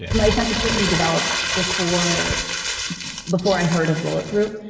yeah my sensitivity developed before before i heard of bulletproof,